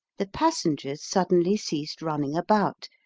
the passengers suddenly ceased running about,